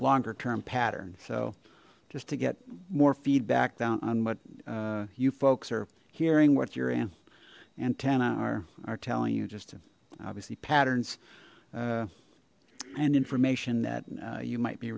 longer term pattern so just to get more feedback down on what you folks are hearing what your in antennae are are telling you just obviously patterns and information that you might be